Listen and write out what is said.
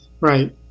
right